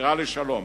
והחתירה לשלום